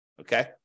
okay